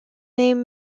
name